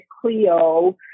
Clio